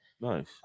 Nice